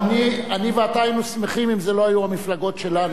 אני ואתה היינו שמחים אם זה לא היו המפלגות שלנו.